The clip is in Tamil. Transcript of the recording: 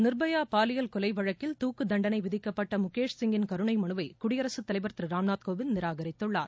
நிர்பயா பாலியல் கொலை வழக்கில் துக்குத் தண்டளை விதிக்கப்பட்ட முகேஷ் சிங்கின் கருணை மனுவை குடியரசுத் தலைவர் திரு ராம்நாத் கோவிந்த் நிராகரித்துள்ளார்